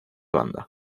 banda